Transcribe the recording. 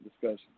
discussion